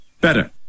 Better